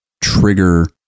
trigger